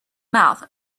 mouth